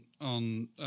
on